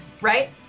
Right